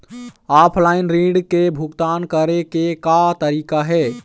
Offline ऋण के भुगतान करे के का तरीका हे?